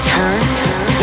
Turn